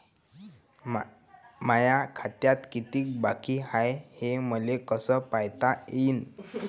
माया खात्यात कितीक बाकी हाय, हे मले कस पायता येईन?